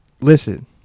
listen